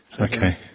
Okay